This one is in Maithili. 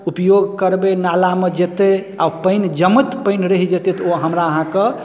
उपयोग करबै नालामे जेतै आओर पानि जमैत पानि रइै जेतै तऽ ओ अहाँ हमरा अहाँके